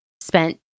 spent